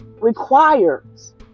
requires